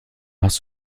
hast